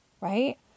Right